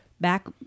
back